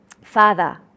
Father